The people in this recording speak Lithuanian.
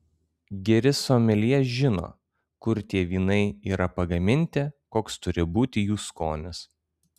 geri someljė žino kur tie vynai yra pagaminti koks turi būti jų skonis